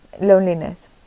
loneliness